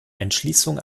entschließung